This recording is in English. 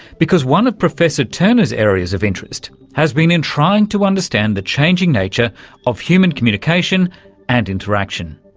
because one of professor turner's areas of interest has been in trying to understand the changing nature of human communication and interaction.